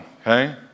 okay